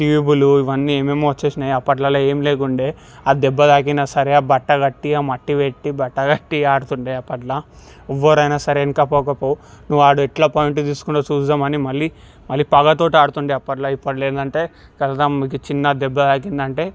ట్యూబులు ఇవన్నీ ఏమేమో వచ్చేసాయి అప్పట్లలో ఏం లేకుండే దెబ్బ తాకినా సరే బట్ట కట్టి ఆ మట్టి పెట్టి బట్ట కట్టి ఆడుతుండే అప్పట్లో ఎవరైనా సరే వెనకకి పోవు వాడు ఎట్లా పాయింటు తీసుకుండో చూద్దామని మళ్ళీ మళ్ళీ పగతో ఆడుతుండే ఆప్పట్లో ఇప్పట్లో ఏంటంటే ఇక వెళదాము ఒక చిన్న దెబ్బ తాకిందంటే